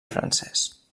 francès